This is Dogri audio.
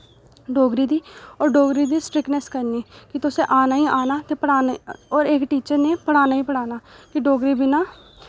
डोगरी दी और डोगरी दी स्ट्रिक्नेस्स करनी कि तुसें आना ही आना ते पढ़ाने और इक टीचर नै पढ़ाना ही पढ़ाना कि डोगरी बिना